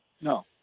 No